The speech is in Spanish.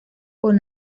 con